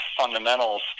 fundamentals